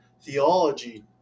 theology